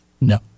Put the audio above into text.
no